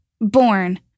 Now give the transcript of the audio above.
born